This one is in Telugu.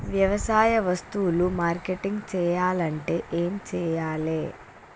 వ్యవసాయ వస్తువులు మార్కెటింగ్ చెయ్యాలంటే ఏం చెయ్యాలే?